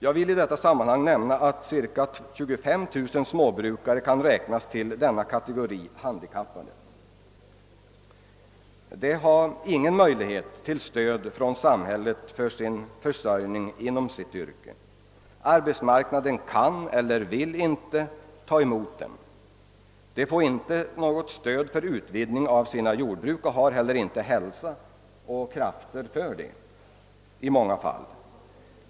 Jag vill i detta sammanhang nämna att cirka 25 000 småbrukare kan räknas till denna kategori handikappade. De har ingen möjlighet att få stöd från samhället för försörjning inom sitt yrke. Arbetsmarknaden kan eller vill inte ta emot dem. De får inte något stöd för utvidgning av sitt jordbruk och har i många fall inte heller hälsa och krafter för en sådan utvidgning.